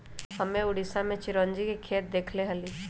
हम्मे उड़ीसा में चिरौंजी के खेत देखले हली